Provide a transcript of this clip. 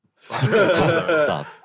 Stop